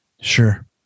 Sure